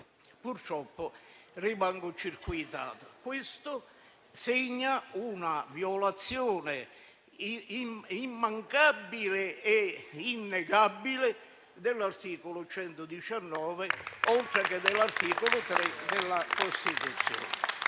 purtroppo rimango circuitato. Questo segna una violazione immancabile e innegabile dell'articolo 119, oltre che dell'articolo 3 della Costituzione.